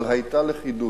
אבל היתה לכידות,